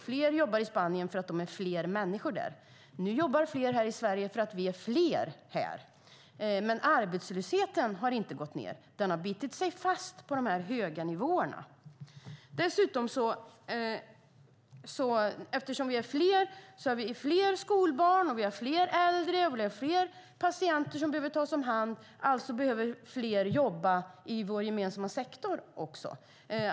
Fler jobbar i Spanien eftersom de är fler människor där. Nu jobbar fler i Sverige eftersom vi är fler här. Men arbetslösheten har inte gått ned. Den har bitit sig fast på de här höga nivåerna. Eftersom vi är fler har vi dessutom fler skolbarn, fler äldre och fler patienter som behöver tas om hand. Alltså behöver fler jobba i vår gemensamma sektor.